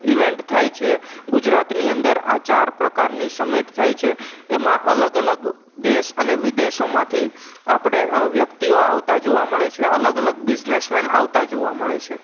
event થાય છે ગુજરાતની અંદર આ ચાર પ્રકારની સમિટ થાય છે એમાં અલગ અલગ દેશ અને વિદેશોમાંથી આપણે વ્યક્તિઓ આવતા જોવા મળે છે અલગ અલગ બિઝનેસમેન જોવા મળે છે